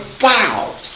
wow